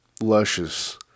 luscious